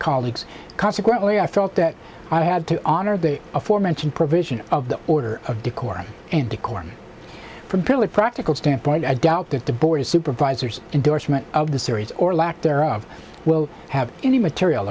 colleagues consequently i felt that i had to honor the aforementioned provision of the order of decorum and decorum from pillar practical standpoint i doubt that the board of supervisors endorsement of the series or lack thereof will have any material